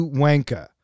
wanka